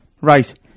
right